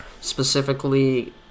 specifically